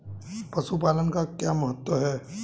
पशुपालन का क्या महत्व है?